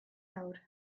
awr